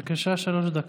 בבקשה, שלוש דקות.